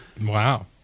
Wow